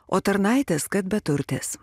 o tarnaitės kad beturtės